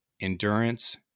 endurance